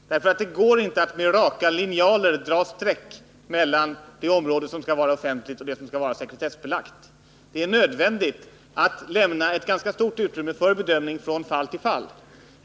Fru talman! Det finns en viss flexibilitet i hela den här lagstiftningen. Det går nämligen inte att med raka linjaler dra streck mellan det område som skall vara offentligt och det som skall vara sekretessbelagt. Det är nödvändigt att lämna ett ganska stort utrymme för bedömning från fall till fall.